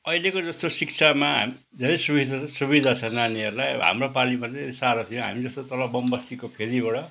अहिलेको जस्तो शिक्षामा धेरै सुबिस्ता छ सुविधा छ नानीहरूलाई अब हाम्रो पालिमा चाहिँ साह्रो थियो हामी जस्तो तल बमबस्तीको फेदीबाट